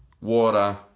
water